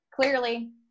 Clearly